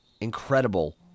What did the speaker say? Incredible